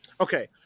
Okay